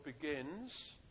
begins